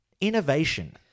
innovation